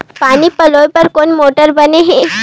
पानी पलोय बर कोन मोटर बने हे?